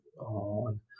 on